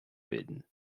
bilden